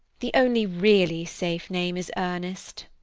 the only really safe name is ernest.